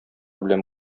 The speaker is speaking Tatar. белән